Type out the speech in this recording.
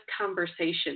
conversation